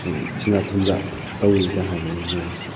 ꯍꯥꯏꯗꯤ ꯁꯦꯟꯖꯥ ꯊꯨꯝꯖꯥ ꯇꯧꯏꯒ ꯍꯥꯏꯕꯒꯤ ꯃꯑꯣꯡꯁꯦ